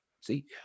see